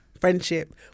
friendship